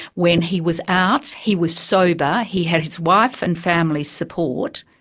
when he was out, he was sober, he had his wife and family's support,